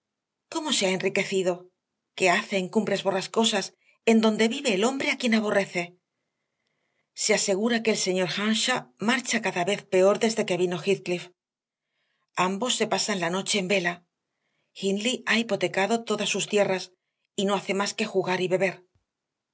cómo se ha enriquecido qué hace en cumbres borrascosas en donde vive el hombre a quien aborrece se asegura que el señor earnshaw marcha cada vez peor desde que vino heathcliff ambos se pasan la noche en vela hindley ha hipotecado todas sus tierras y no hace más que jugar y beber